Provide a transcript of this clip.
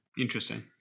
Interesting